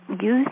use